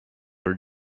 are